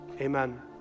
Amen